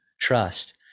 trust